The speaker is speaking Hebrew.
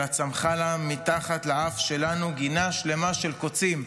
אלא צמחה לה מתחת לאף שלנו גינה שלמה של קוצים.